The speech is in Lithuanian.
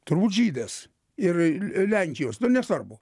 turbūt žydas ir lenkijos nu nesvarbu